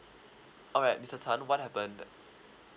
alright mister tan what happened